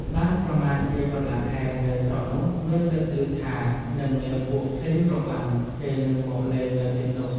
បានប្រមាណជាកន្លះខែ នៅស្រុកនោះ មានលេចឮថា នឹងមានពួកភ្លេងរបាំ គេនឹងមកលេងនៅជិតនោះ